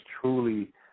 truly